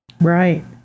Right